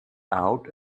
out